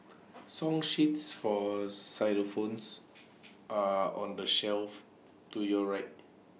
song sheets for xylophones are on the shelf to your right